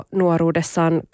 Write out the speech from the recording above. nuoruudessaan